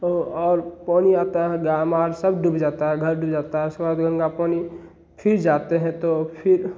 ओ और पानी आता है ग्राम और सब डूब जाता है घर डूब जाता है उसके बाद गंगा पानी फ़िर जाते हैं तो फ़िर